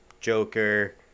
Joker